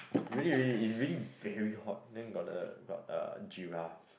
really really it's really very hot then got the got uh giraffe